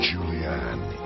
Julianne